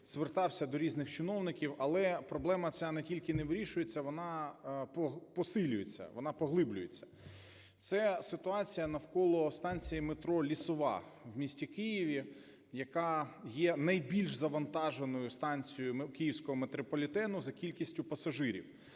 звертався до різних чиновників, але проблема ця не тільки не вирішується, вона посилюється, вона поглиблюється. Це ситуація навколо станції метро "Лісова" у місті Києві, яка є найбільш завантаженою станцією Київського метрополітену за кількістю пасажирів.